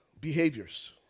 Behaviors